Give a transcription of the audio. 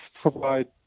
provide